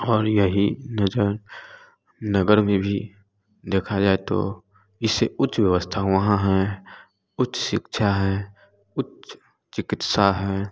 और यही नजर नगर में भी देखा जाए तो इसे उच्च व्यवस्था वहाँ है उच्च शिक्षा है उच्च चिकित्सा है